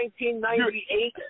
1998